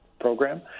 program